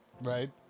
Right